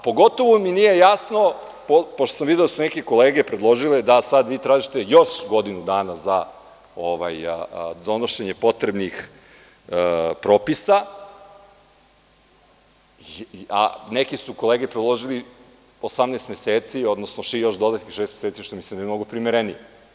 Pogotovo mi nije jasno, pošto sam video da su neke kolege predložile da sada tražite još godinu dana za donošenje potrebnih propisa, a neke kolege su predložile 18 meseci, odnosno još dodati šest meseci, što mislim da je mnogo primerenije.